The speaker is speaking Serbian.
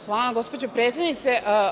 Hvala gospođo predsednice.